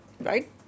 Right